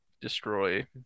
destroy